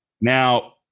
Now